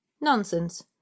nonsense